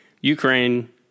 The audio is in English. Ukraine